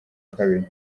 kabiri